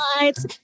lights